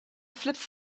flips